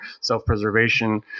self-preservation